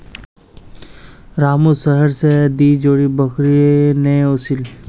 रामू शहर स दी जोड़ी बकरी ने ओसील